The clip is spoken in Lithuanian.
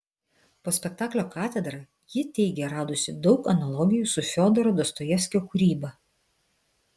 po spektaklio katedra ji teigė radusi daug analogijų su fiodoro dostojevskio kūryba